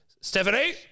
Stephanie